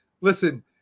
listen